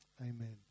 Amen